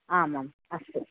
आम् आम् अस्तु